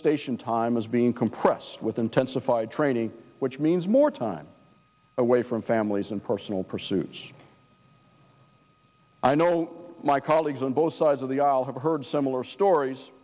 station time is being compressed with intensified training which means more time away from families and personal pursuits i know my colleagues on both sides of the aisle have heard similar stories